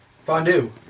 Fondue